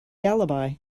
alibi